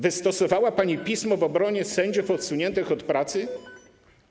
Wystosowała pani pismo w obronie sędziów odsuniętych od pracy?